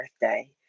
birthday